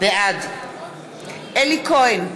בעד אלי כהן,